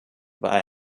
war